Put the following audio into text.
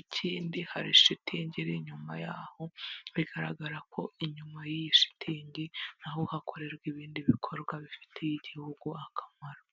ikindi hari shitingi iri inyuma yaho, bigaragara ko inyuma y'iyi shitingi naho hakorerwa ibindi bikorwa bifitiye igihugu akamaro.